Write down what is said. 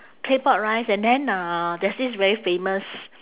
claypot rice and then uh there's this very famous